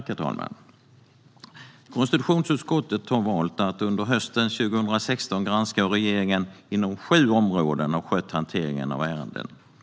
Herr talman! Konstitutionsutskottet har valt att under hösten 2016 granska hur regeringen har skött hanteringen av ärenden inom sju områden.